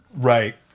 right